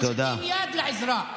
אנחנו מושיטים יד לעזרה.